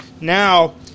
Now